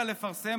לצד זה,